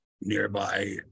nearby